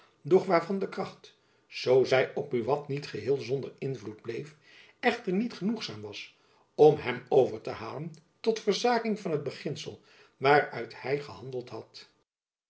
doch waarvan de kracht zoo zy op buat niet geheel zonder invloed bleef echter niet genoegzaam was om hem over te halen tot verzaking van het beginsel waaruit hy gehandeld had